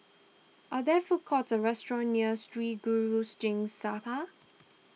are there food courts or restaurants near Sri Guru Singh Sabha